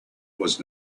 was